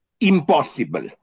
impossible